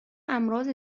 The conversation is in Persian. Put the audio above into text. امراض